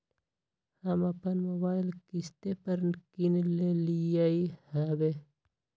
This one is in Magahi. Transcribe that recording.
हम अप्पन मोबाइल किस्ते पर किन लेलियइ ह्बे